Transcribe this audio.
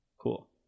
Cool